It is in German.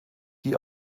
die